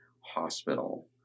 hospital